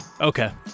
Okay